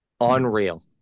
unreal